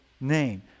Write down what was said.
name